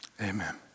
Amen